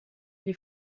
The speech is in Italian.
gli